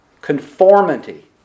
Conformity